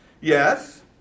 Yes